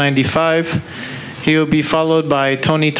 ninety five he'll be followed by tony